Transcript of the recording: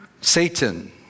Satan